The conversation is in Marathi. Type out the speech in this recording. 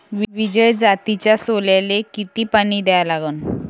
विजय जातीच्या सोल्याले किती पानी द्या लागन?